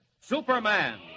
Superman